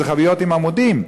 זה חביות עם עמודים.